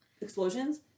explosions